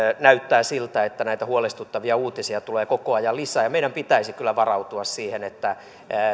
näyttää siltä että näitä huolestuttavia uutisia tulee koko ajan lisää meidän pitäisi kyllä varautua siihen että